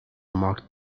marked